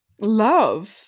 Love